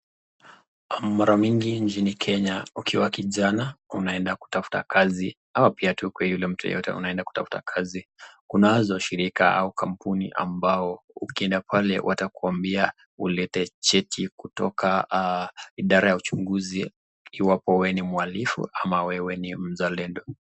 Mara mingi nchini Kenya ukiwa kijana unaenda kutafuta kazi au pia tu kwa yule mtu yeyote unaenda kutafuta kazi. Kunazo washirika au kampuni ambao ukienda pale watakuambia ulete cheti kutoka idara ya uchunguzi iwapo wewe ni mhalifu ama wewe ni mzalendo.